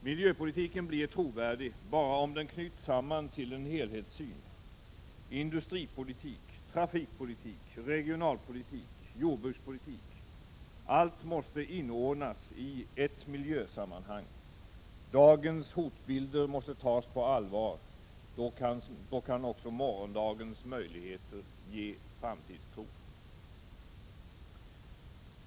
Miljöpolitiken blir trovärdig bara om den knyts samman till en helhetssyn. Industripolitik, trafikpolitik, regionalpolitik, jordbrukspolitik — allt måste inordnas i ett miljösammanhang. Dagens hotbilder måste tas på allvar — då kan också morgondagens möjligheter ge framtidstro.